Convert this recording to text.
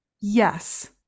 Yes